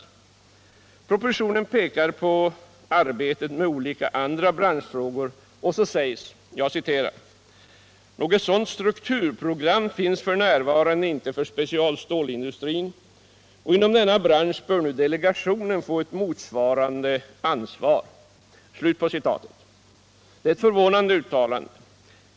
I propositionen pekar man på arbetet med olika andra strukturfrågor och framhåller bl.a.: ”Något sådant strukturprogram finns f. n. inte för specialstålindustrin och inom denna bransch bör nu delegationen få ett motsvarande ansvar.” Det är ett förvånande uttalande.